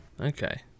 Okay